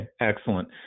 excellent